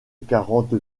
quarante